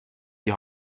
die